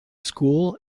school